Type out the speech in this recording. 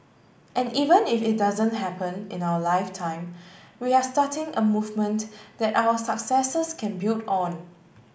and even if it doesn't happen in our lifetime we are starting a movement that our successors can build on